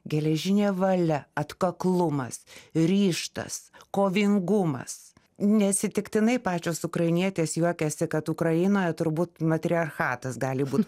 geležinė valia atkaklumas ryžtas kovingumas neatsitiktinai pačios ukrainietės juokiasi kad ukrainoje turbūt matriarchatas gali būt